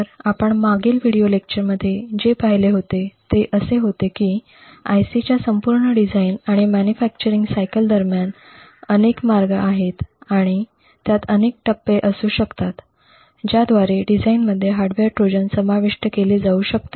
तर आपण मागील व्हिडिओ लेक्चरमध्ये जे पाहिले होते ते असे होते की IC च्या संपूर्ण डिझाइन आणि मॅन्युफॅक्चरिंग सायकल दरम्यान अनेक मार्ग आणि त्यात अनेक टप्पे असू शकतात ज्याद्वारे डिझाइनमध्ये हार्डवेअर ट्रोजन समाविष्ट केले जाऊ शकते